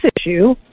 issue